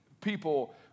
people